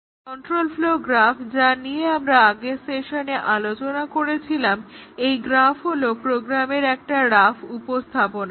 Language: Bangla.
কন্ট্রোল ফ্লও গ্রাফ যা নিয়ে আমরা আগের সেশনে আলোচনা করছিলাম এই গ্রাফ হলো প্রোগ্রামের একটি রাফ উপস্থাপনা